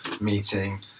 meeting